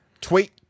Tweet